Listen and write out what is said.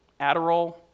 Adderall